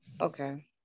Okay